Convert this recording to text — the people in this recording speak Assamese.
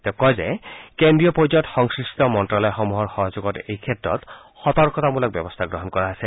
তেওঁ কয় যে কেন্দ্ৰীয় পৰ্য্যায়ত সংশ্লিষ্ট মন্ত্ৰালয়সমূহৰ সহযোগত এই ক্ষেত্ৰত বিভিন্ন সতৰ্কতামূলক ব্যৱস্থা গ্ৰহণ কৰা হৈছে